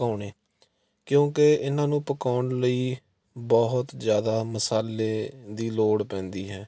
ਪਕਾਉਣੇ ਕਿਉਂਕਿ ਇਹਨਾਂ ਨੂੰ ਪਕਾਉਣ ਲਈ ਬਹੁਤ ਜ਼ਿਆਦਾ ਮਸਾਲੇ ਦੀ ਲੋੜ ਪੈਂਦੀ ਹੈ